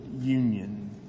union